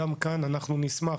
גם כאן אנחנו נשמח,